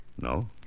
No